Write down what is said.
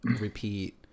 repeat